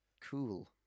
cool